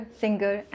singer